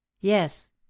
yes